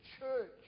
church